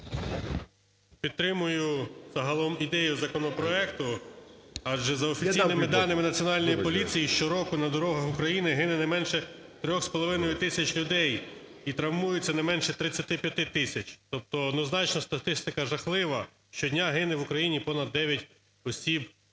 Підтримую загалом ідею законопроекту. Адже за офіційними даними Національної поліції щороку на дорогах України гине не менше 3,5 тисяч людей і травмується не менше 35 тисяч. Тобто однозначно статистика жахлива: щодня гине в Україні понад 9 осіб